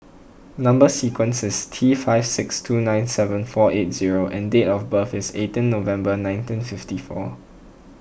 Number Sequence is T five six two nine seven four eight zero and date of birth is eighteen November nineteen fifty four